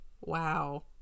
Wow